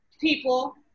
people